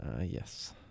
Yes